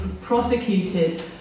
prosecuted